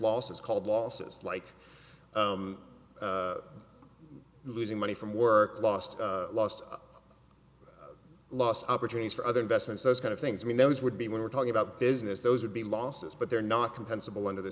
losses called losses like losing money from work lost lost lost opportunities for other investments those kind of things i mean those would be when we're talking about business those would be losses but they're not compensable under the